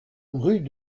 rue